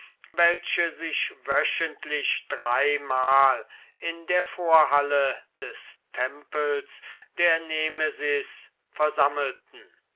welche sich wöchentlich dreimal in der vorhalle des tempels der nemesis versammelten